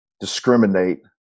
discriminate